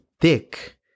thick